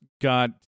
got